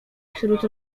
wśród